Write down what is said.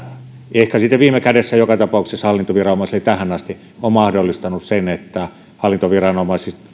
ehkä sitten viime kädessä joka tapauksessa tähän asti on mahdollistanut sen että hallintoviranomaiset